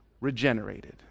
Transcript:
regenerated